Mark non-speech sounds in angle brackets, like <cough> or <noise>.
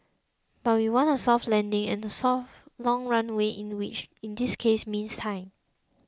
but we want a soft landing and a <unintelligible> long runway <unintelligible> in this case means time